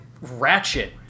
Ratchet